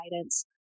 guidance